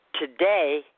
today